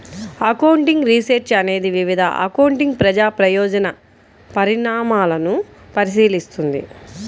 accounting research అనేది వివిధ accounting ప్రజా ప్రయోజన పరిణామాలను పరిశీలిస్తుంది